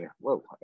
whoa